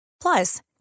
Plus